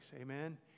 amen